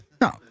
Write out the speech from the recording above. No